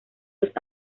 los